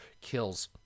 kills